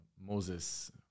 Moses